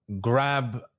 grab